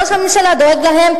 שראש הממשלה דואג להם?